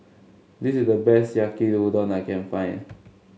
this is the best Yaki Udon I can find